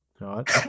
Right